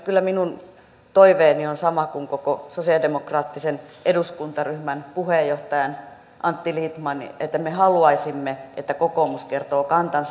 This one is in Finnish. kyllä minun toiveeni on sama kuin koko sosialidemokraattisen eduskuntaryhmän puheenjohtajan antti lindtmanin että me haluaisimme että kokoomus kertoo kantansa